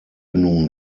nun